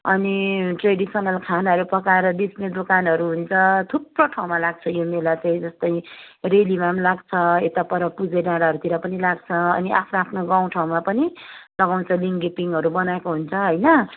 अनि ट्रेडिसनल खानाहरू पकाएर बेच्ने दोकानहरू हुन्छ थुप्रो ठाउँमा लाग्छ यो मेला चाहिँ जस्तै रेलीमा पनि लाग्छ यता पर पुजे डाँडाहरूतिर पनि लाग्छ अनि आफ्नो आफ्नो गाउँ ठाउँमा पनि लगाउँछ लिङ्गे पिङहरू बनाएको हुन्छ होइन